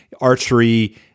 archery